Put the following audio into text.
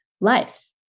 life